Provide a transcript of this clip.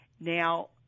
now